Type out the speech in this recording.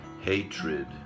hatred